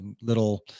little